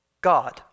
God